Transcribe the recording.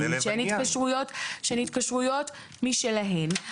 שהן התקשרויות משלהן.